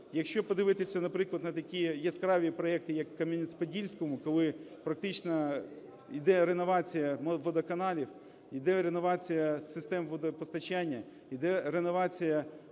Якщо подивитися, наприклад, на такі яскраві проекти, як в Кам'янці-Подільському, коли практично йде реновація водоканалів, йде реновація систем водопостачання, йде реновація